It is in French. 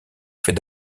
fait